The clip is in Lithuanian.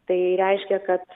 tai reiškia kad